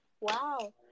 Wow